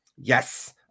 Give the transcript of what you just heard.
yes